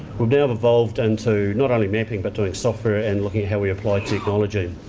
we've now evolved into not only mapping, but doing software and looking at how we apply technology.